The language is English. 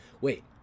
Wait